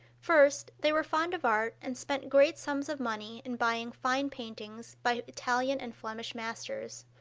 first, they were fond of art and spent great sums of money in buying fine paintings by italian and flemish masters.